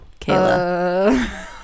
Kayla